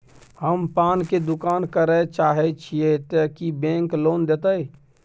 हम पान के दुकान करे चाहे छिये ते की बैंक लोन देतै?